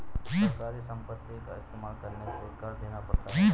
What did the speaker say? सरकारी संपत्ति का इस्तेमाल करने से कर देना पड़ता है राजू